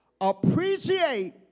Appreciate